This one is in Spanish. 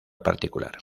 particular